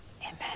Amen